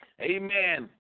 Amen